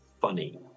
funny